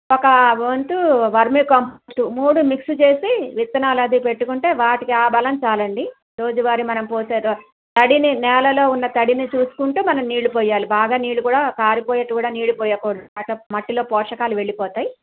ఒక వంతు vermicompost మూడు మిక్స్ చేసి విత్తనాలు అది పెట్టుకుంటే వాటికి ఆ బలం చాలండి రోజువారి మనం పోసే తడిని నేలలో ఉండే తడిని చూసుకుంటూ మనం నీళ్లు పొయ్యాలి బాగా నీళ్లు కూడా కారిపోయేట్టు కూడా నీళ్లు పోయకూడదు మట్టిలో పోషకాలు వెళ్ళిపోతాయి